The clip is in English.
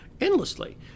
endlessly